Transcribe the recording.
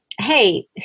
Hey